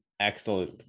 excellent